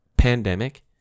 pandemic